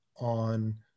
on